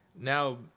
Now